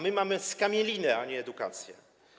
My mamy skamielinę, a nie edukację.